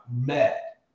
met